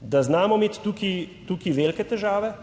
da znamo imeti tukaj velike težave.